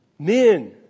Men